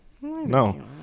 No